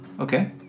Okay